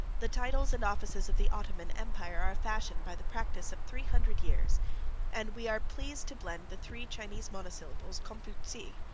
the titles and offices of the ottoman empire are fashioned by the practice of three hundred years and we are pleased to blend the three chinese monosyllables, con-fu-tzee,